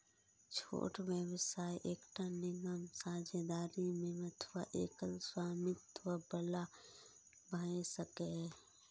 छोट व्यवसाय एकटा निगम, साझेदारी मे अथवा एकल स्वामित्व बला भए सकैए